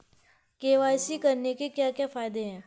KYC करने के क्या क्या फायदे हैं?